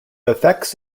effects